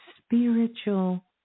spiritual